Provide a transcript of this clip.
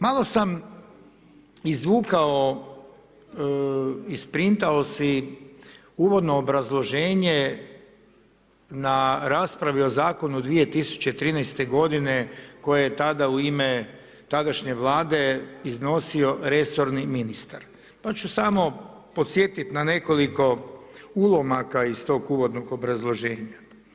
Malo sam izvukao, isprintao si uvodno obrazloženje na raspravi o zakonu 2013. godine koje je tada u ime tadašnje Vlade iznosio resorni ministar, pa ću samo podsjetiti na nekoliko ulomaka iz tog uvodnog obrazloženja.